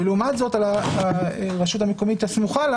ולעומת זאת לגבי הרשות המקומית הסמוכה לה